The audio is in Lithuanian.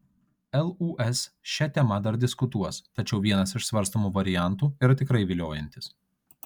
lūs šia tema dar diskutuos tačiau vienas iš svarstomų variantų yra tikrai viliojantis